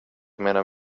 medan